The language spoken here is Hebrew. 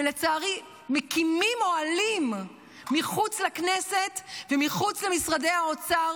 לצערי מקימים אוהלים מחוץ לכנסת ומחוץ למשרדי האוצר,